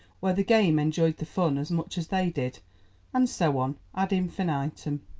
where the game enjoyed the fun as much as they did and so on, ad infinitum.